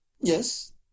Yes